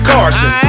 Carson